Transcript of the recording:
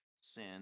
sin